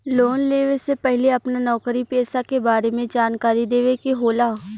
Loan लेवे से पहिले अपना नौकरी पेसा के बारे मे जानकारी देवे के होला?